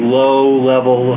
low-level